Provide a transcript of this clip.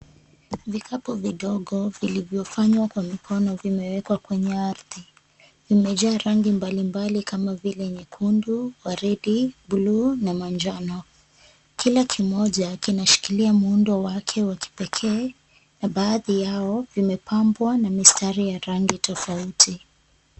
Vikapu vidogo vilivyofanywa kwa mikono vimewekwa kwenye ardhi. Vimejaa rangi mbalimbali kama vile nyekundu, waridi, blue na manjano. Kila kimoja kinashikilia muundo wake wa kipekee na baadhi yao vimepambwa na mistari ya rangi tofauti.